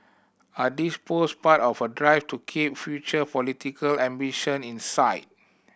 are these post part of a drive to keep future political ambition in sight